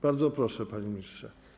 Bardzo proszę, panie ministrze.